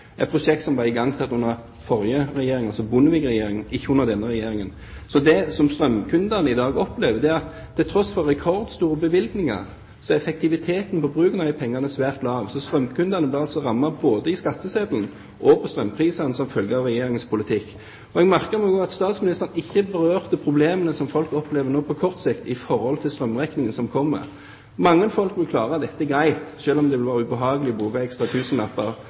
som ble igangsatt under forrige regjering, altså Bondevik-regjeringen, og ikke under denne regjeringen. Det som strømkundene i dag opplever, er at til tross for rekordstore bevilgninger er effektiviteten av pengebruken svært lav. Strømkundene blir altså rammet både over skatteseddelen og ved strømprisene som følge av Regjeringens politikk. Jeg merker meg også at statsministeren ikke berørte problemene som folk nå opplever på kort sikt når strømregningen kommer. Mange folk vil klare dette greit, selv om det vil være ubehagelig å bruke ekstra